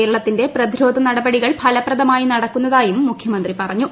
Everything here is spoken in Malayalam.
കേരളത്തിന്റെ പ്രതിരോധ നടപടികൾ ഫലപ്രദമായി നടക്കുന്നതായും മുഖ്യമന്ത്രി പറഞ്ഞു